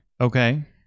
Okay